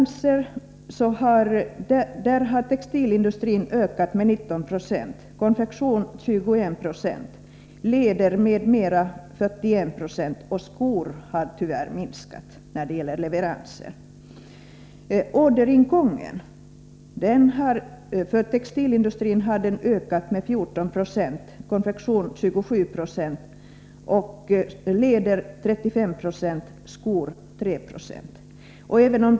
När det gäller leveranser har textilindustrin ökat med 1990, konfektion med 21 226, läder m.m. med 41 26, medan skoindustrin tyvärr minskat. Orderingången har för textilindustrin ökat med 14 92, för konfektion med 27 96, för läder med 35 96 och för skoindustrin med 3 7.